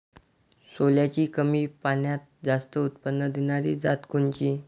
सोल्याची कमी पान्यात जास्त उत्पन्न देनारी जात कोनची?